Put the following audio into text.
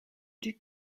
duc